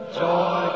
joy